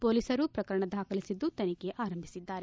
ಮೊಲೀಸರು ಪ್ರಕರಣ ದಾಖಲಿಸಿದ್ದು ತನಿಖೆ ಆರಂಭಿಸಿದ್ದಾರೆ